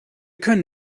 können